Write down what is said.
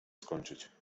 skończyć